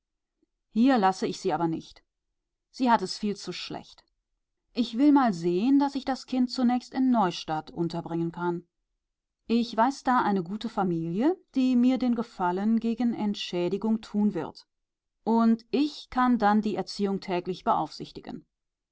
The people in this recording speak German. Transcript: hier lasse ich sie aber nicht sie hat es viel zu schlecht ich will mal sehen daß ich das kind zunächst in neustadt unterbringen kann ich weiß da eine gute familie die mir den gefallen gegen entschädigung tun wird und ich kann dann die erziehung täglich beaufsichtigen